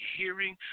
hearing